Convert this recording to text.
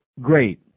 great